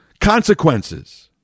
Consequences